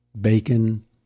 bacon